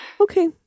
Okay